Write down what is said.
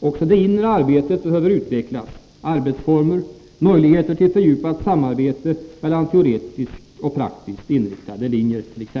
Också det inre arbetet behöver utvecklas: arbetsformer, möjligheter till fördjupat samarbete mellan teoretiskt och praktiskt inriktade linjer osv.